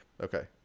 Okay